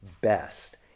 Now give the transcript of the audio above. best